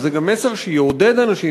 וזה גם מסר שיעודד אנשים,